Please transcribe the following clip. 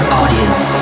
audience